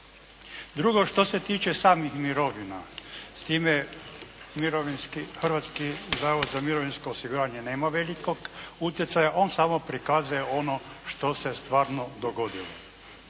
Drugo, što se tiče samih mirovina. S time Mirovinski, Hrvatski zavod za mirovinsko osiguranje nema velikog utjecaja. On samo prikazuje ono što se stvarno dogodilo.